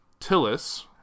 Tillis